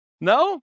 No